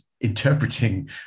interpreting